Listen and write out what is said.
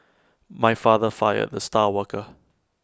my father fired the star worker